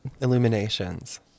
Illuminations